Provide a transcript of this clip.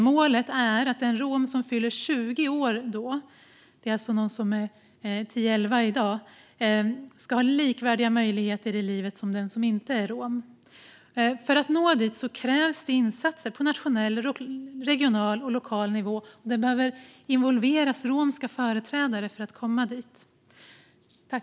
Målet är att den rom som fyller 20 år då ska ha likvärdiga möjligheter i livet som den som inte är rom. För att vi ska nå dit krävs insatser på nationell, regional och lokal nivå, och romska företrädare behöver involveras.